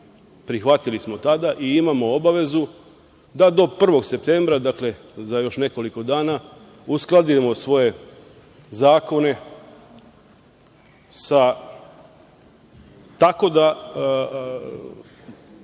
prihvatili smo tada, i imamo obavezu da do 1. septembra, dakle, za još nekoliko dana, uskladimo svoje zakone tako da